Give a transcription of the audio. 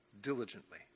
diligently